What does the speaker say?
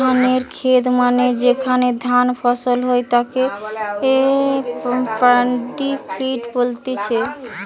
ধানের খেত মানে যেখানে ধান ফসল হই থাকে তাকে পাড্ডি ফিল্ড বলতিছে